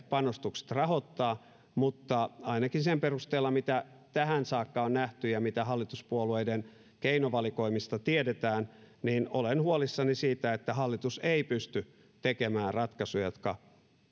panostukset rahoittaa mutta ainakin sen perusteella mitä tähän saakka on nähty ja mitä hallituspuolueiden keinovalikoimista tiedetään olen huolissani siitä että hallitus ei pysty tekemään ratkaisuja jotka